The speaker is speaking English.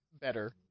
better